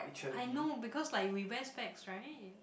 I know because like we wear specs right